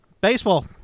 Baseball